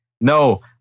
No